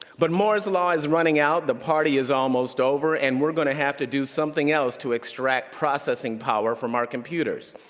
but moore's law is running out, the party is almost over, and we're gonna have to do something else to extract processing power from our computers.